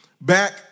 back